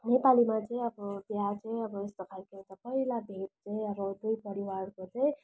नेपालीमा चाहिँ अब बिहा चाहिँ अब यस्तो खालको हुन्छ पहिला भेट चाहिँ अब त्यही परिवारको चाहिँ